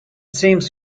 seems